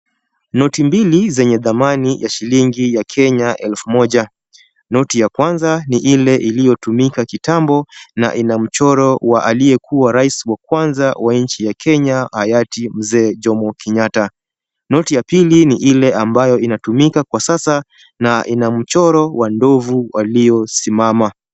Noti mbili zenye thamani ya shilingi ya Kenya elfu moja. Noti ya kwanza ni ile iliyotumika kitambo na ina mchoro wa aliyekuwa rais wa kwanza wa nchi ya Kenya hayati Mzee Jomo Kenyatta. Noti ya pili ni ile ambayo inatumika kwa sasa na ina mchoro wa ndovu waliosimama.